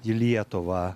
į lietuvą